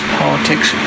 politics